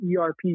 ERP